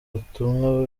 butumwa